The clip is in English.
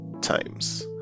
times